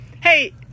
hey